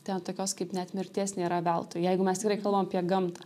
ten tokios kaip net mirties nėra veltui jeigu mes tikrai kalbam apie gamtą